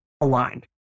aligned